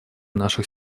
наших